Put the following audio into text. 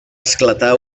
esclatar